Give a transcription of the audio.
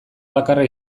bakarra